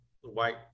white